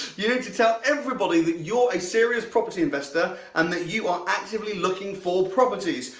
you need to tell everybody that you're a serious property investor and that you are actively looking for properties.